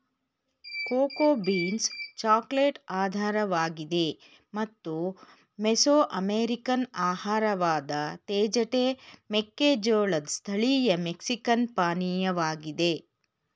cocoa beans chocolate ಆಧಾರವಾಗಿದೆ ಮತ್ತು Mesoamerican ಆಹಾರವಾದ ತೇಜಟೆ ಮೆಕ್ಕೆಜೋಳದ್ ಸ್ಥಳೀಯ ಮೆಕ್ಸಿಕನ್ ಪಾನೀಯವಾಗಿದೆ